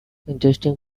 interesting